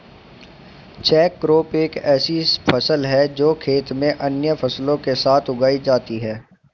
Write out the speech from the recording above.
catch crop एक ऐसी फसल है जो खेत में अन्य फसलों के साथ उगाई जाती है